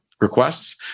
requests